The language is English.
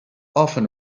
often